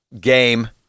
game